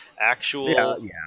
actual